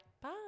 bye